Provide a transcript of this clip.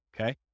Okay